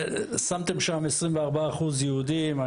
שמתם שם 24 אחוז יהודים,